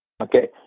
Okay